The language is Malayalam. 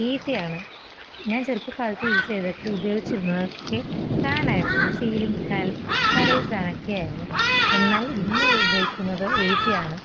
എ സിയാണ് ഞാൻ ചെറുപ്പകാലത്ത് യൂസ് ചെയ്തൊക്കെ ഉപയോഗിച്ചിരുന്നയൊക്കെ ഫാനാരുന്നു സീലിങ് ഫാൻ പെഡൽ ഫാനക്കെയായിരുന്നു എന്നാൽ ഇന്നുപയോഗിക്കുന്നത് ഏ സിയാണ്